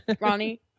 Ronnie